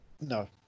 No